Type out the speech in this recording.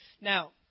Now